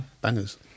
bangers